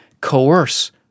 coerce